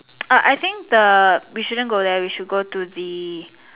uh I think the we shouldn't go there we should go to the